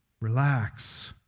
Relax